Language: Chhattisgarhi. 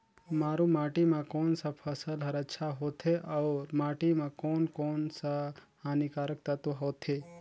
मारू माटी मां कोन सा फसल ह अच्छा होथे अउर माटी म कोन कोन स हानिकारक तत्व होथे?